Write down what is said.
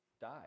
die